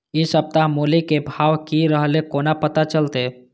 इ सप्ताह मूली के भाव की रहले कोना पता चलते?